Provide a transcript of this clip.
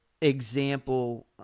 example